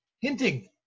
hinting